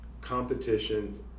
competition